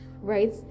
right